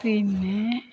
പിന്നെ